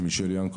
מישל ינקו,